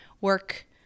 work